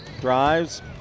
drives